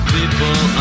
People